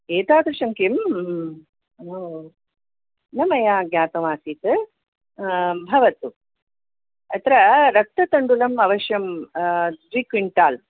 एतादृशं किम् न मया ज्ञातम् आसीत् भवतु अत्र रक्ततण्डुलम् अवश्यं द्वि क्विण्टाल्